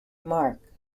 mark